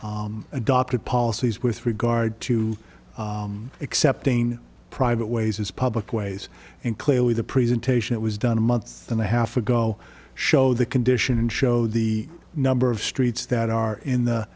adopted policies with regard to accepting private ways as public ways and clearly the presentation was done a month and a half ago show the condition and show the number of streets that are in the